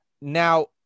Now